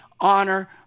honor